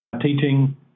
teaching